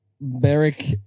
beric